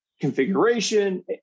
configuration